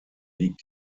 liegt